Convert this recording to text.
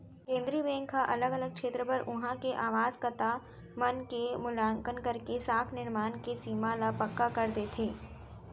केंद्रीय बेंक ह अलग अलग छेत्र बर उहाँ के आवासकता मन के मुल्याकंन करके साख निरमान के सीमा ल पक्का कर देथे